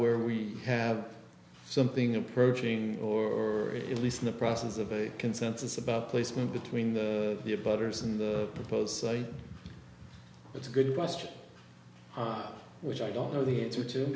where we have something approaching or at least the process of a consensus about placement between the butter's and the proposed site it's a good question which i don't know the answer to